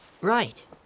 Right